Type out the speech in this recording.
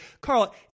Carl